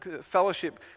fellowship